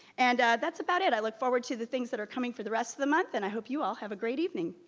and that's about it. i look forward to the things that are coming for the rest of the month, and i hope you all have a great evening.